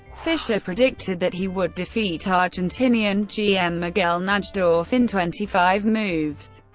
fischer predicted that he would defeat argentinian gm miguel najdorf in twenty five moves.